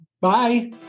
Bye